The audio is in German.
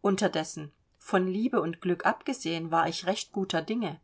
unterdessen von liebe und glück abgesehen war ich recht guter dinge